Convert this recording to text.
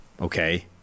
okay